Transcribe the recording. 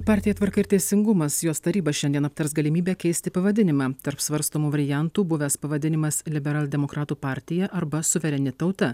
partija tvarka ir teisingumas jos taryba šiandien aptars galimybę keisti pavadinimą tarp svarstomų variantų buvęs pavadinimas liberaldemokratų partija arba suvereni tauta